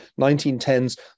1910s